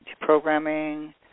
programming